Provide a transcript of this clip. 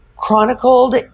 chronicled